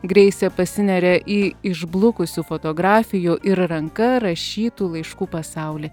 greisė pasineria į išblukusių fotografijų ir ranka rašytų laiškų pasaulį